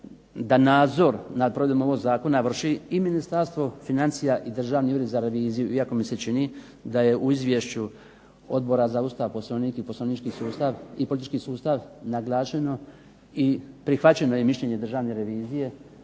da nadzor nad provedbom ovog zakona vrši i Ministarstvo financija i Državni ured za reviziju, iako mi se čini da je u Izvješću Odbora za Ustav, Poslovnik i politički sustav naglašeno i prihvaćeno je mišljenje Državne revizije